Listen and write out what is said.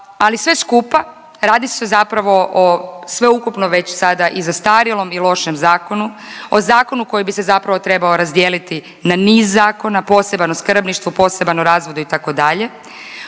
ali sve skupa radi se zapravo o sveukupno već sada i zastarjelom i lošem zakonu, o zakonu koji bi se zapravo trebao razdijeliti na niz zakona poseban o skrbništvu, poseban o razvodu itd.